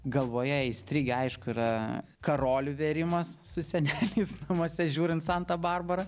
galvoje įstrigę aišku yra karolių vėrimas su seneliais namuose žiūrint santą barbarą